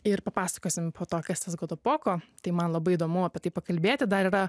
ir papasakosim po to kas tas godopoko tai man labai įdomu apie tai pakalbėti dar yra